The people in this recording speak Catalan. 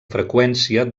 freqüència